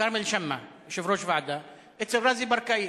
כרמל שאמה, יושב-ראש ועדה, אצל רזי ברקאי,